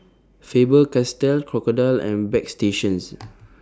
Faber Castell Crocodile and Bagstationz